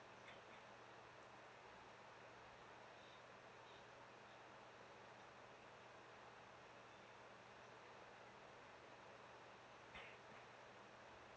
oh